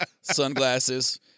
Sunglasses